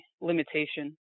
limitation